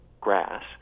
grass